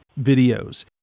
videos